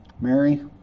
Mary